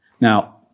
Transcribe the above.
Now